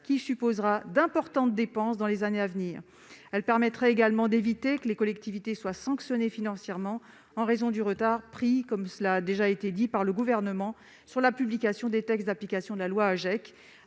qui supposera d'importantes dépenses dans les années à venir. Elle permettrait également d'éviter que les collectivités soient sanctionnées financièrement en raison du retard pris par le Gouvernement sur la publication des textes d'application de la loi AGEC,